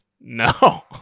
No